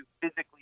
physically